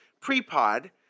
pre-pod